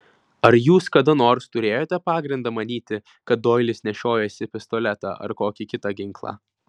ar jūs kada nors turėjote pagrindą manyti kad doilis nešiojasi pistoletą ar kokį kitą ginklą